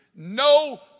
No